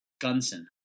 Gunson